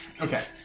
okay